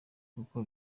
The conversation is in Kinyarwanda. nkuko